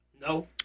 No